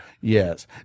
Yes